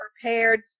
prepared